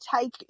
take